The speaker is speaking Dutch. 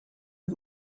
het